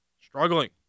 Struggling